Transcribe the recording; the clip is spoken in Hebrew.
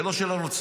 ולא של הנוצרים.